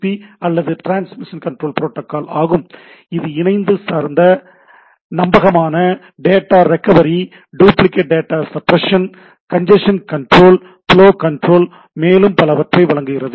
B அல்லது transmission control protocol ஆகும் இது இணைப்பு சார்ந்த நம்பகமான data recovery duplicate data suppression congestion control flow control மேலும் பலவற்றை வழங்குகிறது